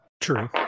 True